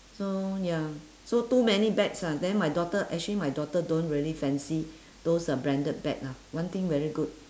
so ya so too many bags lah then my daughter actually my daughter don't really fancy those uh branded bag ah one thing very good